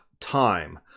time